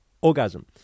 orgasm